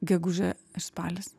gegužė ir spalis